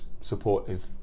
supportive